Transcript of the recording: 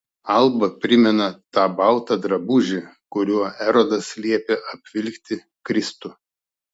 alba primena tą baltą drabužį kuriuo erodas liepė apvilkti kristų